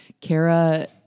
Kara